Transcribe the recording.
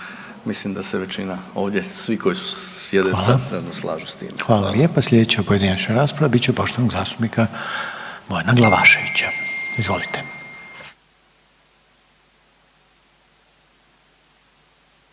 mislim da se većina ovdje, svi koji sjede sad trenutno slažu s time. **Reiner, Željko (HDZ)** Hvala. Sljedeća pojedinačna rasprava biti će poštovanog zastupnika Bojana Glavaševića. Izvolite.